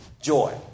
joy